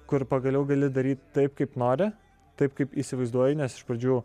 kur pagaliau gali daryt taip kaip nori taip kaip įsivaizduoji nes iš pradžių